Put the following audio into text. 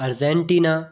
Argentina